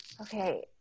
okay